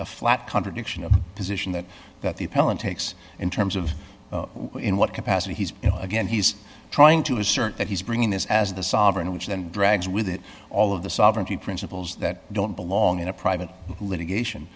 a flat contradiction of the position that that the appellant takes in terms of in what capacity he's again he's trying to assert that he's bringing this as the sovereign which then drags with it all of the sovereignty principles that don't belong in a private litigation